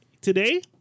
today